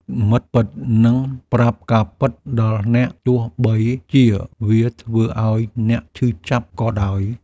មិត្តពិតនឹងប្រាប់ការពិតដល់អ្នក ទោះបីជាវាធ្វើឱ្យអ្នកឈឺចាប់ក៏ដោយ។